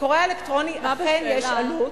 לקורא האלקטרוני אכן יש עלות,